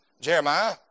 Jeremiah